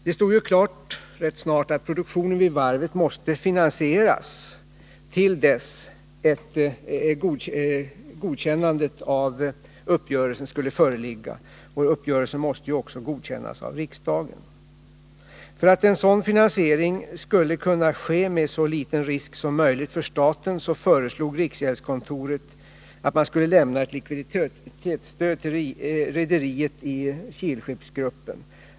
Det stod klart rätt snart att produktionen vid varvet måste finansieras till dess godkännandet av uppgörelsen skulle föreligga. Uppgörelsen måste ju också godkännas av riksdagen. För att en sådan finansiering skulle kunna ske med så liten risk som möjligt för staten föreslog riksgäldskontoret att man skulle lämna ett likviditetsstöd till rederiet i Kihlshipsgruppen.